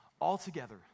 altogether